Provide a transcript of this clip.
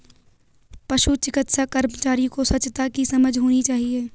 पशु चिकित्सा कर्मचारी को स्वच्छता की समझ होनी चाहिए